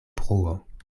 bruo